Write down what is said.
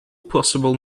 possible